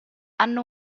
hanno